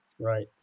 right